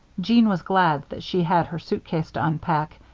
jeanne was glad that she had her suitcase to unpack.